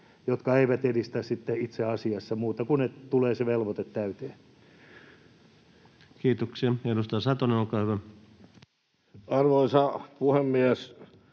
jotka eivät edistä itse asiassa muuta kuin sitä, että tulee se velvoite täyteen. Kiitoksia. — Edustaja Satonen, olkaa hyvä. Arvoisa puhemies!